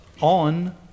on